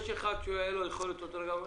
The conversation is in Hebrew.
ויש מי שהייתה לו יכולת באותו רגע,